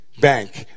bank